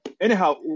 Anyhow